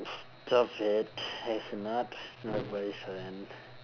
stop it he's not my boyfriend